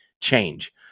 change